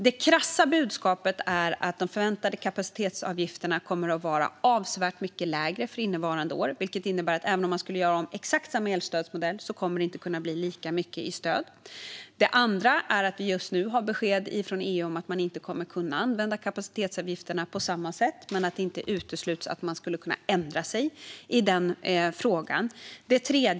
Det krassa budskapet är att de förväntade kapacitetsavgifterna kommer att vara avsevärt mycket lägre för innevarande år, vilket innebär att även om man skulle göra om exakt samma elstödsmodell kommer det inte att kunna bli lika mycket i stöd. Dessutom har vi just fått besked från EU om att man inte kommer att kunna använda kapacitetsavgifterna på samma sätt, men det utesluts inte att man skulle kunna ändra sig i den frågan.